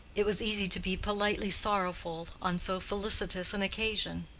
it was easy to be politely sorrowful on so felicitous an occasion.